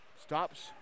Stops